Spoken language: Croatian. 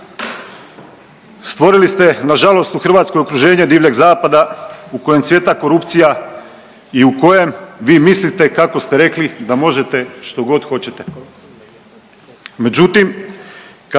Stvorili ste na žalost u Hrvatskoj okruženje Divljeg zapada u kojem cvjeta korupcija i u kojem vi mislite kako ste rekli da možete što god hoćete.